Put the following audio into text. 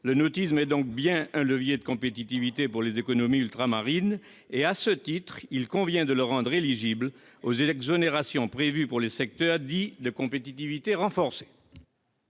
Le nautisme est donc bien un levier de compétitivité pour les économies ultramarines, et, à ce titre, il convient de le rendre éligible aux exonérations prévues pour les secteurs dits « de compétitivité renforcée